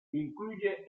incluye